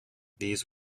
these